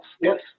yes